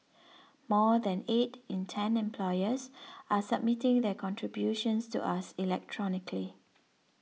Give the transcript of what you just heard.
more than eight in ten employers are submitting their contributions to us electronically